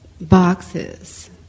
boxes